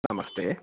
नमस्ते